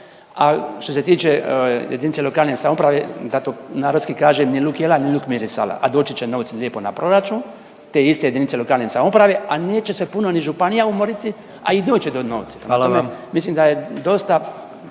a što se tiče jedinice lokalne samouprave, da to narodski kažem, ni luk jela ni luk mirisala, a doći će novci lijepo na proračun te iste jedinice lokalne samouprave, a neće se puno ni županija umoriti, a i doći će do novci. Prema tome